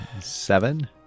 Seven